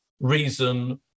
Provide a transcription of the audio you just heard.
reason